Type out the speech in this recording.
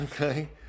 Okay